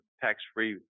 tax-free